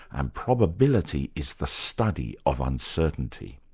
and probability is the study of uncertainty.